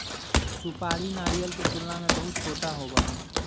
सुपारी नारियल के तुलना में बहुत छोटा होबा हई